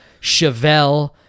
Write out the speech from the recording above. Chevelle